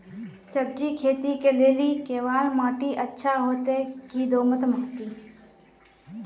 सब्जी खेती के लेली केवाल माटी अच्छा होते की दोमट माटी?